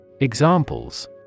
Examples